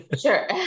Sure